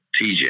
TJ